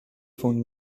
von